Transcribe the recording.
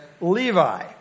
Levi